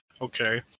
Okay